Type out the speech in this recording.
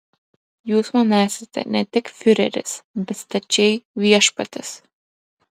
jūs man esate ne tik fiureris bet stačiai viešpats